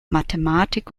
mathematik